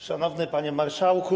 Szanowny Panie Marszałku!